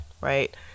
right